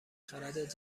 خرد